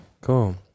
Cool